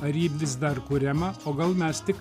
ar ji vis dar kuriama o gal mes tik